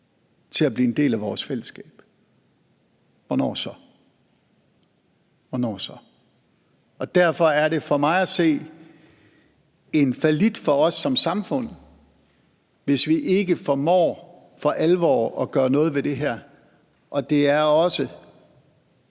til at blive en del af vores fællesskab, hvornår så? Hvornår så? Kl. 16:29 Derfor er det for mig også en fallit for os som samfund, hvis vi ikke formår for alvor at gøre noget ved det her, og det er også